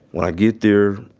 when i get there,